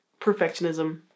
perfectionism